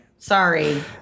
Sorry